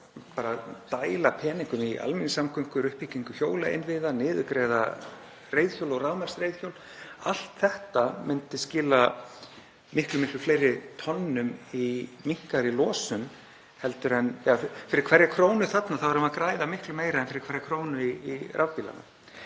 að dæla peningum í almenningssamgöngur, uppbyggingu hjólainnviða og niðurgreiða reiðhjól og rafmagnsreiðhjól. Allt þetta myndi skila miklu fleiri tonnum í minnkaðri losun. Fyrir hverja krónu þarna værum við að græða miklu meira en fyrir hverja krónu í rafbílana.